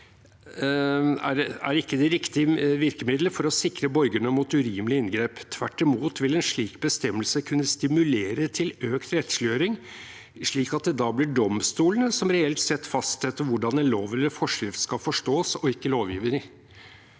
ikke er «riktig virkemiddel for å sikre borgerne mot urimelige inngrep. Tvert imot vil en slik bestemmelse kunne stimulere til økt rettsliggjøring, slik at det da blir domstolene som reelt sett fastsetter hvordan en lov eller forskrift skal forstås, og ikke lovgiver.»